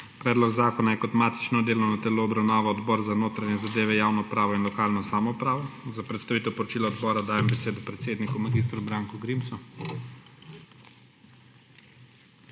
Predlog zakona je kot matično delovno telo obravnaval Odbor za notranje zadeve, javno upravo in lokalno samoupravo. Za predstavitev poročila odbora dajem besedo predsedniku mag. Branku Grimsu.